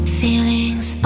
feelings